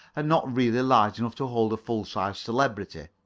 are not really large enough to hold a full-sized celebrity.